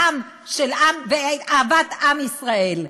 ואהבת עם ישראל.